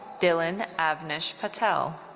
dylan avnish patel.